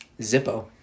Zippo